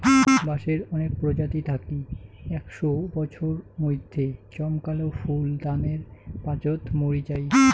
বাঁশের অনেক প্রজাতি থাকি একশও বছর মইধ্যে জমকালো ফুল দানের পাচোত মরি যাই